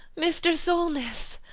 mr. solness!